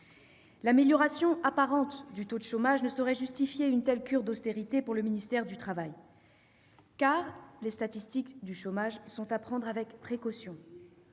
L'amélioration apparente du taux de chômage ne saurait justifier une telle cure d'austérité pour le ministère du travail. Car les statistiques sont à prendre avec précaution.